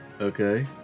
Okay